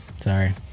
sorry